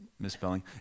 misspelling